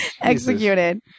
executed